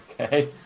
Okay